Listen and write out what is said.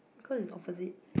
cause it's opposite